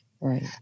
Right